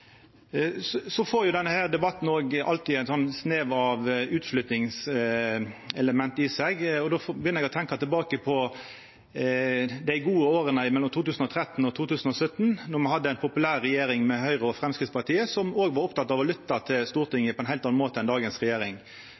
Så får denne debatten alltid ein snev av utflyttingselement i seg. Då begynner eg å tenkja tilbake på dei gode åra mellom 2013 og 2017, då me hadde ei populær regjering med Høgre og Framstegspartiet, som var oppteken av å lytta til Stortinget på ein heilt annan måte enn dagens regjering.